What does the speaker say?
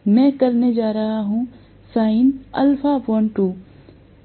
इसलिए मैं करने जा रहा हूं